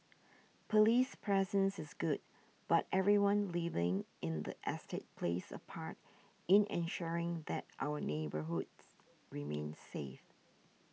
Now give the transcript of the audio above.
police presence is good but everyone living in the estate plays a part in ensuring that our neighbourhoods remain safe